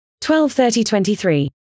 123023